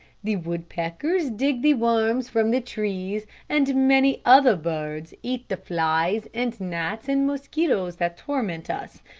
the woodpeckers dig the worms from the trees, and many other birds eat the flies and gnats and mosquitoes that torment us